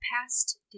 past